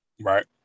Right